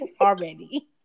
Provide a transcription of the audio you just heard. already